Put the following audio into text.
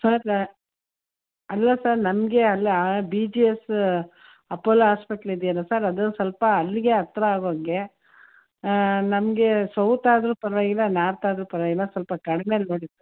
ಸರ ಅಲ್ಲವ ಸರ್ ನನಗೆ ಅಲ್ಲ B G S Apollo hospital ಇದೆಯಲ್ಲ ಸರ್ ಅದರ ಸ್ವಲ್ಪ ಅಲ್ಲಿಗೆ ಹತ್ರ ಆಗೋಂಗೆ ನಮಗೆ ಸೌತ್ ಆದರೂ ಪರವಾಗಿಲ್ಲ ನಾರ್ತ್ ಆದರೂ ಪರವಾಗಿಲ್ಲ ಸ್ವಲ್ಪ ಕಡ್ಮೇಲ್ಲಿ ನೋಡಿ ಸರ್